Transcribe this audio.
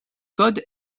codes